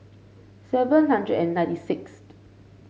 seven hundred and ninety sixth